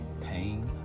pain